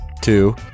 two